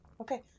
Okay